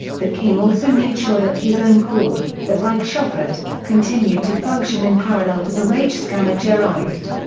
the king also made sure that his own court, the reichshofrat, continued to function in parallel to the reichskammergericht.